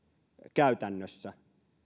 käytännössä